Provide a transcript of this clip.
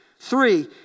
Three